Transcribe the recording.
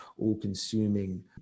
all-consuming